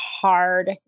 hard